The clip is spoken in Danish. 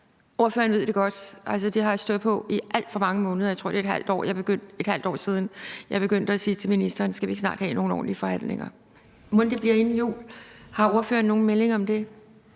Ordføreren ved det godt. Altså, det har stået på i alt for mange måneder. Jeg tror, det er et halvt år siden, jeg begyndte at sige til ministeren: Skal vi ikke snart have nogle ordentlige forhandlinger? Mon det bliver inden jul? Har ordføreren nogen melding om det?